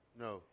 No